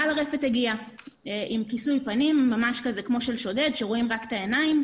בעל הרפת הגיע עם כיסוי פנים כמו של שודד כשרואים רק את העיניים,